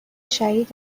شهید